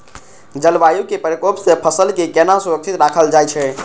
जलवायु के प्रकोप से फसल के केना सुरक्षित राखल जाय छै?